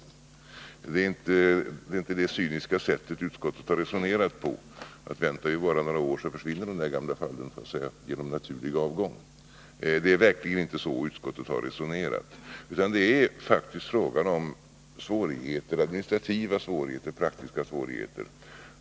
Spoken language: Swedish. Utskottet har inte resonerat på det cyniska sättet, att väntar vi bara några år så försvinner den där farbrorn genom naturlig avgång. Det är verkligen inte så utskottet har resonerat, utan det är administrativa och praktiska svårigheter som utskottet har tagit hänsyn till.